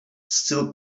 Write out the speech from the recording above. still